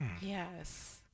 Yes